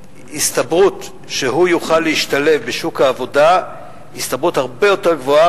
ההסתברות שהוא יוכל להשתלב בשוק העבודה היא הסתברות הרבה יותר גבוהה,